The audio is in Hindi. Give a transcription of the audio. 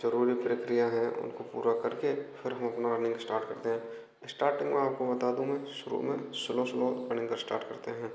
जरूरी प्रक्रिया है उनको पूरा करके फिर हम अपना रनिंग इस्टार्ट करते हैं इस्टार्टींग में आपको बता दूँ मैं शुरू में स्लो स्लो रनिंग इस्टार्ट करते हैं